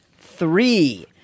three